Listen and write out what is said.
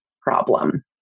problem